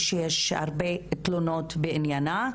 שיש הרבה תלונות בעניינה.